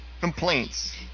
complaints